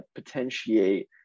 potentiate